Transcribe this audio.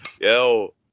Yo